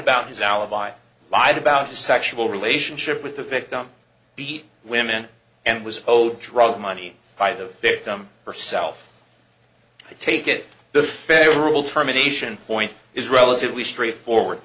about his alibi lied about his sexual relationship with the victim beat women and was told drug money by the victim herself to take it the federal terminations point is relatively straightforward